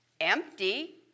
empty